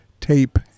tape